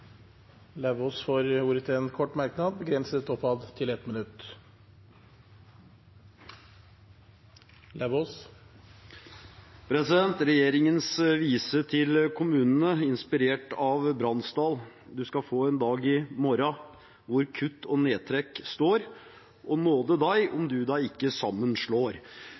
får ordet til en kort merknad, avgrenset til 1 minutt. Regjeringens vise til kommunene inspirert av Bransdal: «Du ska få en dag i mårå hvor kutt og nedtrekk står, og nåde deg om du deg ikke sammenslår.»